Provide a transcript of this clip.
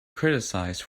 criticized